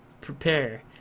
prepare